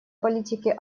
политики